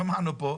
שמענו פה,